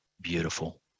beautiful